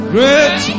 Great